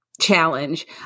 challenge